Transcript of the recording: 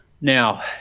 now